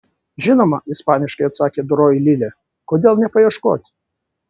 žinoma ispaniškai atsakė doroji lilė kodėl nepaieškot